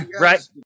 Right